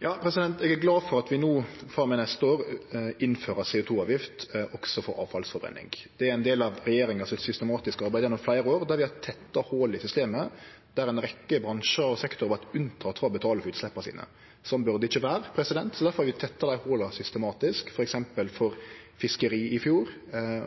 er glad for at vi frå og med neste år innfører CO 2 -avgift også for avfallsforbrenning. Det er ein del av regjeringa sitt systematiske arbeid gjennom fleire år der vi har tetta hol i systemet, der ei rekkje bransjar og sektorar vart unnatekne frå å betale for utsleppa sine. Sånn bør det ikkje vere. Derfor har vi tetta dei hola systematisk, f.eks. for fiskeri i fjor